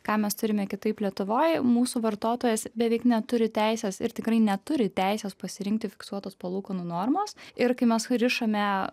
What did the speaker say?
ką mes turime kitaip lietuvoj mūsų vartotojas beveik neturi teisės ir tikrai neturi teisės pasirinkti fiksuotos palūkanų normos ir kai mes rišame